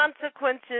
Consequences